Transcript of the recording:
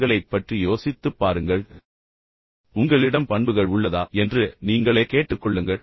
அவர்களைப் பற்றி யோசித்துப் பாருங்கள் உங்களிடம் பண்புகள் உள்ளதா என்று உங்களை நீங்களே கேட்டுக்கொள்ளுங்கள்